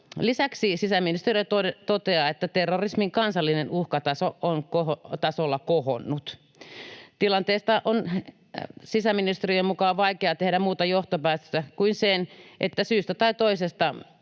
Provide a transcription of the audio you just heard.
Lisäksi sisäministeriö toteaa, että terrorismin kansallinen uhkataso on tasolla ”kohonnut”. Tilanteesta on sisäministeriön mukaan vaikea tehdä muuta johtopäätöstä kuin se, että syystä tai toisesta